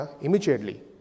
immediately